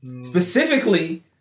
Specifically